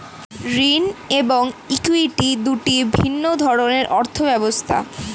ঋণ এবং ইক্যুইটি দুটি ভিন্ন ধরনের অর্থ ব্যবস্থা